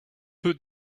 peu